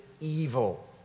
evil